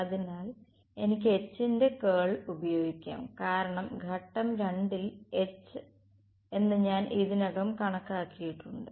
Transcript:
അതിനാൽ എനിക്ക് H ന്റെ കേൾ ഉപയോഗിക്കാം കാരണം ഘട്ടം 2 ൽ H എന്ന് ഞാൻ ഇതിനകം കണക്കാക്കിയിട്ടുണ്ട്